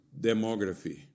demography